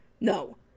no